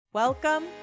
Welcome